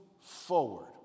forward